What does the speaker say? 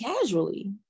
casually